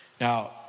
Now